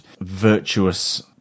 virtuous